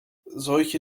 solche